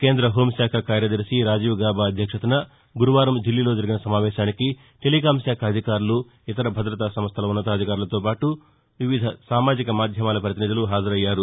కేంద్ర హోంశాఖ కార్యదర్శి రాజీవ్ గాబా అధ్యక్షతన గురువారం ఢిల్లీలో జరిగిన సమావేశానికి టెలికం శాఖ అధికారులు ఇతర భాదతా సంస్టల ఉన్నతాధికారులతో పాటు వివిధ సామాజిక మాధ్యమాల ప్రతినిధులు హాజరయ్యారు